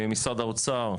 משרד האוצר,